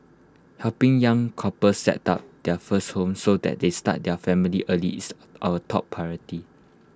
helping young couples set up their first home so that they start their family early is our top priority